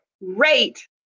rate